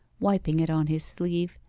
wiping it on his sleeve,